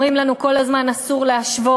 אומרים לנו כל הזמן: אסור להשוות,